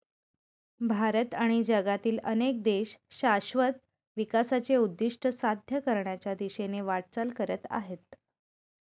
भारत आणि जगातील अनेक देश शाश्वत विकासाचे उद्दिष्ट साध्य करण्याच्या दिशेने वाटचाल करत आहेत